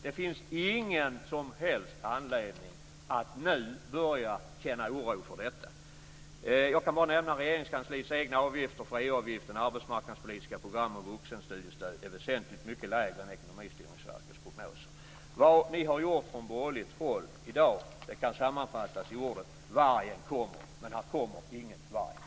Det finns ingen som helst anledning att nu börja känna oro för detta. Jag kan bara nämna att Regeringskansliets egna beräkningar för EU-avgiften, arbetsmarknadspolitiska program och vuxenstudiestöd hamnar väsentligt mycket lägre än Ekonomistyrningsverkets prognoser. Vad ni har gjort från borgerligt håll i dag kan sammanfattas med att ni har skrikit vargen kommer, men det kommer ingen varg.